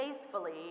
faithfully